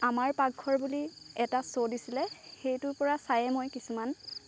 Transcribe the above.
আমাৰ পাকঘৰ বুলি এটা শ্ব' দিছিলে সেইটোৰ পৰা চায়ে মই কিছুমান